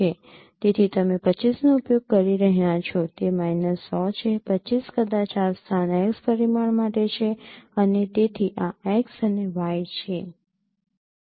તેથી તમે ૨૫ નો ઉપયોગ કરી રહ્યાં છો તે માઇનસ ૧૦૦ છે 25 કદાચ આ સ્થાન x પરિમાણ માટે છે તેથી આ x અને y છે